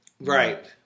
Right